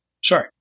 Sure